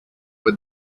with